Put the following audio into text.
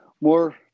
more